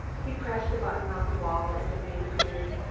he pressed a button on the wall and a maid appeared.